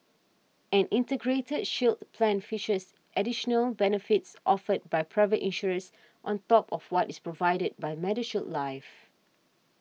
an Integrated Shield Plan features additional benefits offered by private insurers on top of what is provided by MediShield Life